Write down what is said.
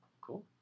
cool